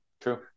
True